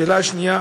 השאלה השנייה,